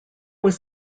was